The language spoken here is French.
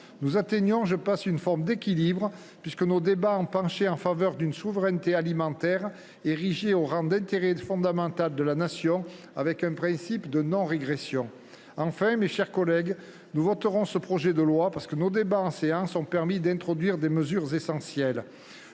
Nous atteignons, je pense, une forme d’équilibre, puisque nos débats ont penché en faveur d’une souveraineté alimentaire érigée au rang d’intérêt fondamental de la Nation, avec un principe de non régression. Enfin, nous voterons ce projet de loi, parce que nos débats en séance ont permis d’introduire des mesures essentielles.